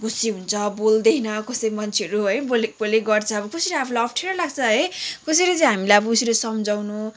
घोसे हुन्छ बोल्दैन कसै मान्छेहरू है बोलेको बोलेकै गर्छ कसरी आफूलाई अप्ठ्यारो लाग्छ है कसरी चाहिँ हामीले अब उसरी सम्झाउनु